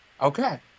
Okay